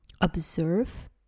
observe